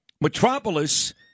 Metropolis